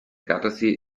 gardasee